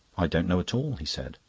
i don't know at all, he said.